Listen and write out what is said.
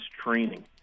training